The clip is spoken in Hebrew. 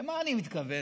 למה אני מתכוון,